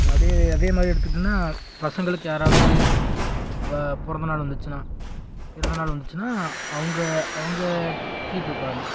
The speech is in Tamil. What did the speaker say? அப்படியே அதே மாதிரி எடுத்துட்டுன்னால் பசங்களுக்கு யாராவது ப பிறந்த நாள் வந்துச்சுனா பிறந்த நாள் வந்துச்சுனா அவங்க அவங்க ட்ரீட் வைப்பாங்க